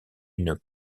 une